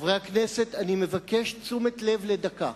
חברי הכנסת, אני מבקש תשומת לב לדקה: